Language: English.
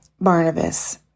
Barnabas